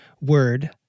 word